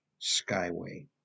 skyway